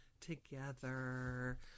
together